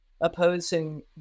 opposing